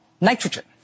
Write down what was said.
nitrogen